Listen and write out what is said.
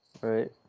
Right